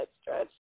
stretch